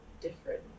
different